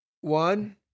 one